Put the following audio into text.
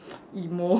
emo